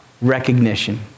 recognition